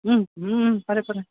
পাৰে পাৰে